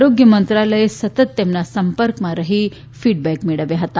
આરોગ્ય મંત્રાલયે સતત તેમના સંપર્કમાં રહી ફીડબેક મેળવ્યા હતા